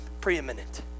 preeminent